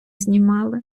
знімали